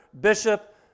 bishop